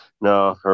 no